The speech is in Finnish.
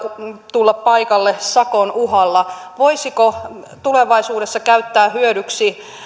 tulla paikalle sakon uhalla voisiko tulevaisuudessa käyttää hyödyksi